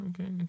Okay